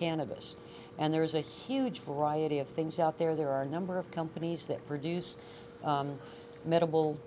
cannabis and there is a huge variety of things out there there are a number of companies that produce medical